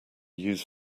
use